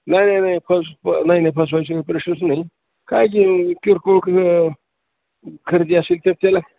नाही नाही नाही फस नाही नाही फसवायाचं प्रश्नच नाही काय क किरकोळ खरेदी असेल त्या त्याला